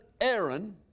Aaron